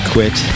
Quit